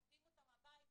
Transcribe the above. מוציאים אותם מהבית.